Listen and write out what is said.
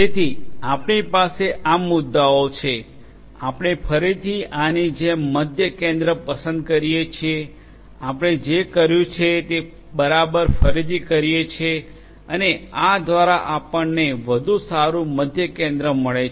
તેથી આપણી પાસે આ મુદ્દાઓ છે આપણે ફરીથી આની જેમ મધ્ય કેન્દ્ર પસંદ કરીએ છીએ આપણે જે કર્યું છે તે બરાબર ફરીથી કરીએ છીએ અને આ દ્વારા આપણને વધુ સારું મધ્ય કેન્દ્ર મળે છે